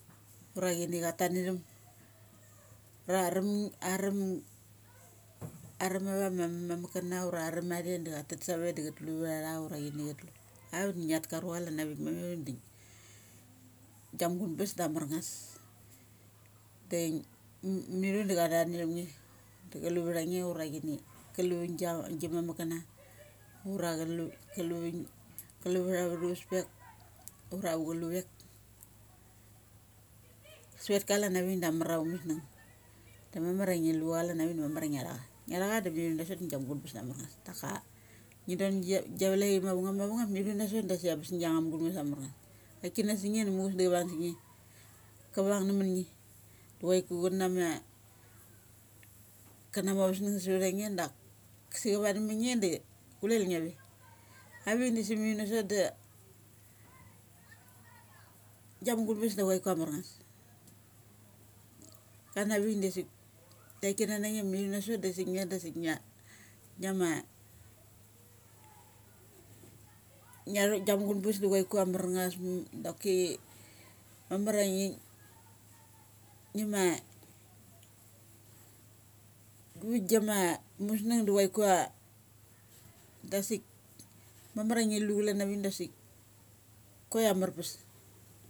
Ura chini cha tan atham. Aram, aram ava ma ma muk kana ura aram athe da chatet save da cha tlu vtha tha ura chini auk ngiat ka rucha chalan avik ding gia mugunbes da amar ngus. De ai mi thu da cha thand daram nge chau vtha nge ura chini kalu vigasi mamuk kana. Ura kalu va kalu vtha thu vespek ura ava chulu vek. Savet ka chalan avik da amar ava musnung. Da mamar a ngi lu cha chalan avik da ngia tha cha. Ngia tha cha da nsaot da gia mugun bes nasot da amar ngus. Daka ngi don gia vlek achi mava ngnung, ma vangnung, mi thu nasot dasik am nga bes na giang nga mugun bes ma mar ngus. Ti kana sang nge muchus da cha vung sung nge. Kavung nam munge du chuaiku chan na ma, kana mi ava snung sa vang ne dak si cha vung nam ma nge da kulel nge ve. Avik dasik mi thu na sot dasik a. Gia mugun bes da bes ia amar ngus kam avik dasik taik kana na nge mi thu nasot dasik nge dasik ngia ngia ma gia mugu bes da chuaiku ia amar ngas doki mamar a ngi, ngi ma, kavi gia musnung dasik mamar a ngi lu chalan avik dasik kuai am mar pes.